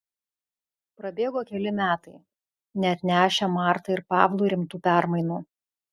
prabėgo keli metai neatnešę martai ir pavlui rimtų permainų